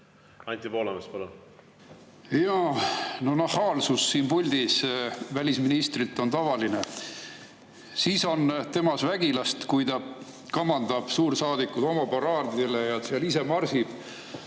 Anti Poolamets, palun! No nahaalsus siin puldis on välisministri puhul tavaline. Siis on temas vägilast, kui ta kamandab suursaadikud homoparaadidele ja marsib